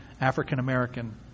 African-American